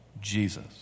Jesus